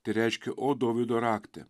tai reiškia o dovydo rakte